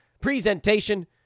presentation